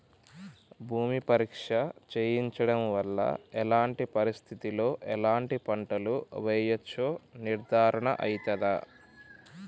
భూమి పరీక్ష చేయించడం వల్ల ఎలాంటి పరిస్థితిలో ఎలాంటి పంటలు వేయచ్చో నిర్ధారణ అయితదా?